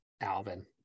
alvin